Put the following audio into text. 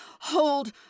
hold